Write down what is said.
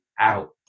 out